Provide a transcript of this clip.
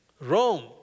Rome